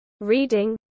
Reading